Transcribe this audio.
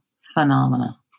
phenomena